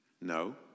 No